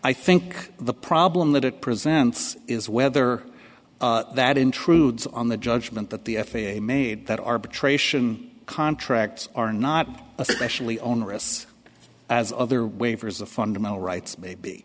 i think the problem that it presents is whether that intrudes on the judgment that the f a a made that arbitration contracts are not especially onerous as other waivers of fundamental rights may be